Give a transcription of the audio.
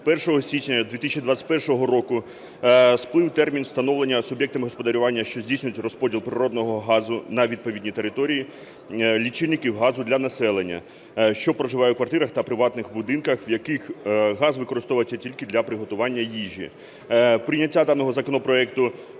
1 січня 2021 року сплив термін встановлення суб'єктами господарювання, що здійснюють розподіл природного газу на відповідні території, лічильників газу для населення, що проживає у квартирах та приватних будинках, в яких газ використовується тільки для приготування їжі. Прийняття даного законопроекту